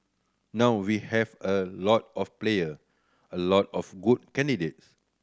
now we have a lot of player a lot of good candidates